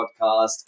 podcast